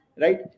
right